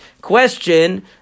question